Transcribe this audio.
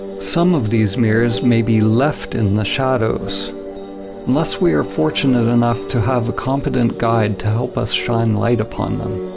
some of these mirrors may be left in the shadows unless we are fortunate enough to have a competent guide to help us shine light upon them.